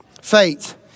Faith